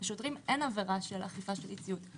לשוטרים אין עבירה של אכיפה של אי-ציות.